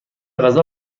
غذا